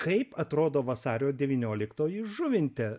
kaip atrodo vasario devynioliktoji žuvinte